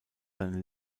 seine